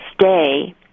stay